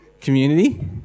Community